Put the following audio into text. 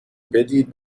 بدید